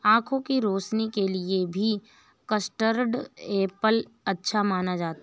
आँखों की रोशनी के लिए भी कस्टर्ड एप्पल अच्छा माना जाता है